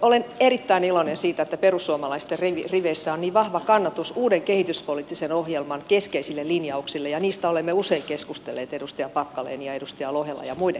olen erittäin iloinen siitä että perussuomalaisten riveissä on niin vahva kannatus uuden kehityspoliittisen ohjelman keskeisille linjauksille ja niistä olemme usein keskustelleet edustaja packalenin ja edustaja lohelan ja muiden kanssa